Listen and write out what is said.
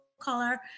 Color